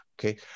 Okay